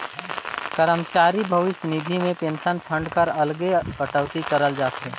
करमचारी भविस निधि में पेंसन फंड कर अलगे कटउती करल जाथे